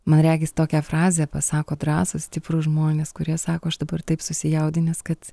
man regis tokią frazę pasako drąsūs stiprūs žmonės kurie sako aš dabar taip susijaudinęs kad